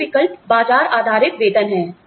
अन्य विकल्प बाजार आधारित वेतन है